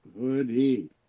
Hoodie